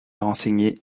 renseigner